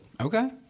Okay